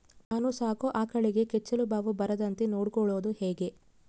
ನಾನು ಸಾಕೋ ಆಕಳಿಗೆ ಕೆಚ್ಚಲುಬಾವು ಬರದಂತೆ ನೊಡ್ಕೊಳೋದು ಹೇಗೆ?